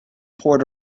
poured